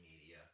media